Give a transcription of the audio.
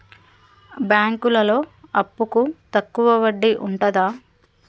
బ్యాంకులలో అప్పుకు తక్కువ వడ్డీ ఉంటదా?